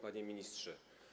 Panie Ministrze!